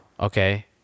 okay